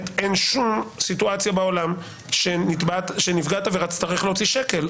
אין שום סיטואציה בעולם שנפגעת עבירה תצטרך להוציא שקל.